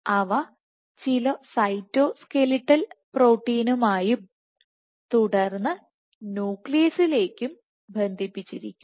അവ ചില cytoskeletal പ്രോട്ടീനുമായിമായും തുടർന്ന് ന്യൂക്ലിയസിലേക്കും ബന്ധിപ്പിച്ചിരിക്കുന്നു